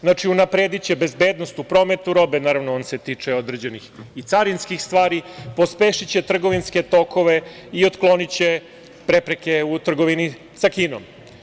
Znači, unaprediće bezbednost u prometu robe, naravno on se tiče određenih i carinskih stvari, pospešiće trgovinske tokove i otkloniće prepreke u trgovini sa Kinom.